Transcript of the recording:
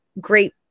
great